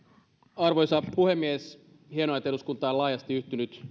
arvoisa puhemies hienoa että eduskunta on laajasti yhtynyt